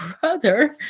brother